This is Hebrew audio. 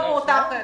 לא באותו חדר.